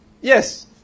Yes